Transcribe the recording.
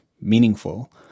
meaningful